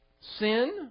sin